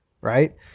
right